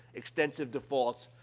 extensive defaults,